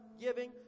giving